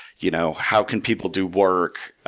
you know how can people do work?